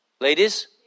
Ladies